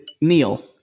Neil